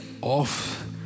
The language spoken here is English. off